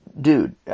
dude